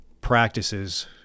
practices